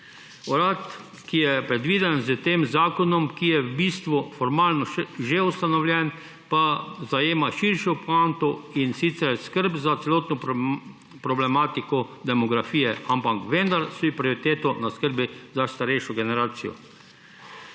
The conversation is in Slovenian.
Urad, ki je predviden s tem zakonom, ki je v bistvu formalno že ustanovljen, pa zajema širšo poanto, in sicer skrb za celotno problematiko demografije, ampak vendar je prioriteta na skrbi za starejšo generacijo.